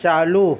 چالو